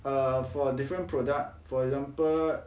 uh for different product for example